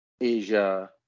Asia